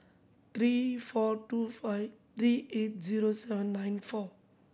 three four two five three eight zero seven nine four